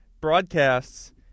broadcasts